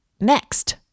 next